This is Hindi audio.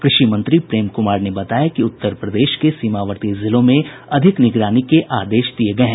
कृषि मंत्री प्रेम कुमार ने बताया कि उत्तर प्रदेश के सीमावर्ती जिलों में अधिक निगरानी के आदेश दिये गये हैं